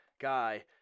guy